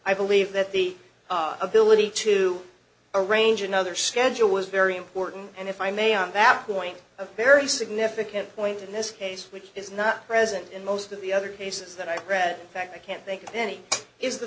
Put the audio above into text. i believe that the ability to arrange another schedule was very important and if i may on bapak point a very significant point in this case which is not present in most of the other cases that i read that i can't think of any is the